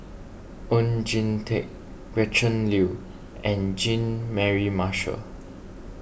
Oon Jin Teik Gretchen Liu and Jean Mary Marshall